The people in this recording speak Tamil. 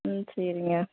ம் சரிங்க